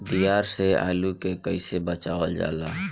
दियार से आलू के कइसे बचावल जाला?